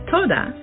Toda